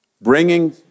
Bringing